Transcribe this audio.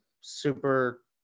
Super